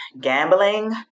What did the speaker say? gambling